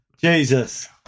Jesus